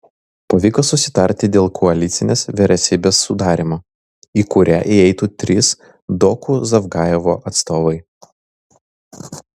pavyko susitarti dėl koalicinės vyriausybės sudarymo į kurią įeitų trys doku zavgajevo atstovai